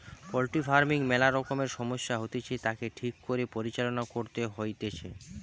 poultry farming ম্যালা রকমের সমস্যা হতিছে, তাকে ঠিক করে পরিচালনা করতে হইতিছে